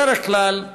בדרך כלל,